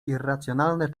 irracjonalne